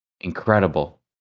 Incredible